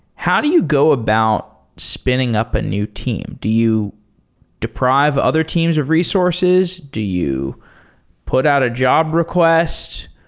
how do you go about spinning up a new team? do you deprive other teams of resources? do you put out a job request?